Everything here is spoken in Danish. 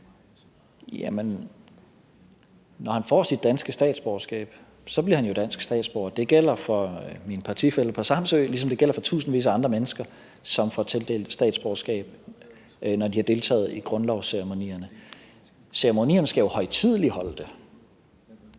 Når han får sit danske statsborgerskab, bliver han jo dansk statsborger, og det gælder for min partifælle på Samsø, ligesom det gælder for tusindvis af andre mennesker, som får tildelt statsborgerskab, når de har deltaget i grundlovsceremonierne. Ceremonierne skal jo højtideligholde det,